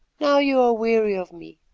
now you are weary of me,